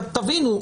תבינו,